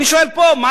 אני שואל פה, מה